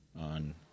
on